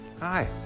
Hi